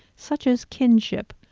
such as kinship,